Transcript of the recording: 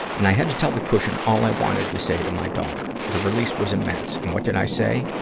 and i had to tell the cushion all i wanted to say to my daughter. the release was immense. and what did i say?